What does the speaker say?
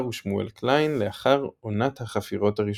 ושמואל קליין לאחר עונת החפירות הראשונה.